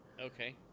Okay